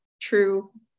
true